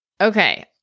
Okay